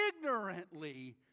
ignorantly